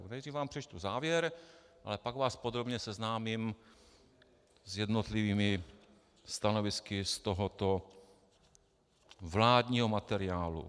Nejdřív vám přečtu závěr, ale pak vás podrobně seznámím s jednotlivými stanovisky z tohoto vládního materiálu.